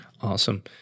Awesome